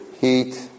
Heat